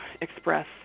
express